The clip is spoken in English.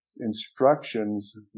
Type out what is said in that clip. instructions